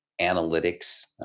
analytics